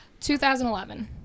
2011